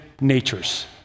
natures